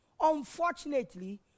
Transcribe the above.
unfortunately